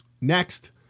Next